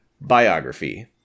Biography